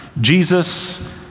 Jesus